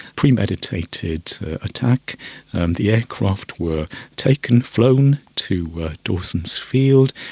premeditated attack, and the aircraft were taken, flown to dawson's field.